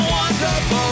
wonderful